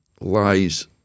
lies